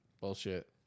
bullshit